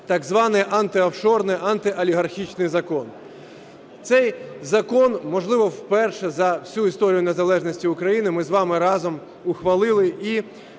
так званий антиофшорний, антиолігархічний закон. Цей закон, можливо, вперше за всю історію незалежності України ми з вами разом ухвалили і